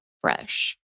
fresh